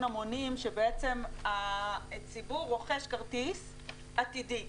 המונים שבעצם הציבור רוכש כרטיס עתידי.